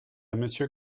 monsieur